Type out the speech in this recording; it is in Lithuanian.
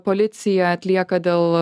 policija atlieka dėl